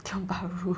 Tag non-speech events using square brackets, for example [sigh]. tiong bahru [laughs]